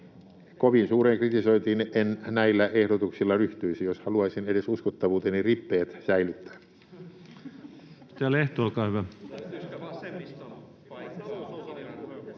Kovin suureen kritisointiin en näillä ehdotuksilla ryhtyisi, jos haluaisin säilyttää edes uskottavuuteni rippeet.